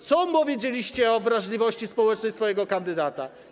Co powiedzieliście o wrażliwości społecznej swojego kandydata?